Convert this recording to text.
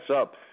up